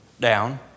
down